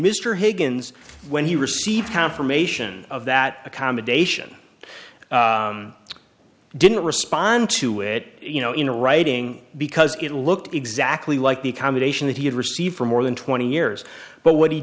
mr higgins when he received confirmation of that accommodation didn't respond to it you know in writing because it looked exactly like the accommodation that he had received for more than twenty years but what he